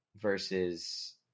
versus